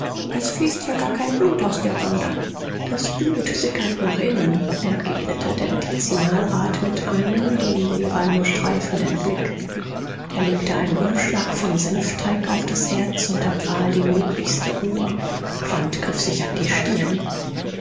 es fließt ja gar kein blut aus der wunde das blut sickert nach innen entgegnete der medizinalrat mit einem den lehrer nur streifenden blick er legte einen umschlag von senfteig auf das herz und empfahl die möglichste ruhe quandt griff sich an die stirn